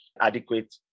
adequate